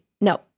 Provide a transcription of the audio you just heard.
no